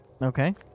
okay